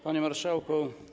Panie Marszałku!